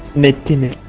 nativity